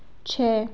छः